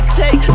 take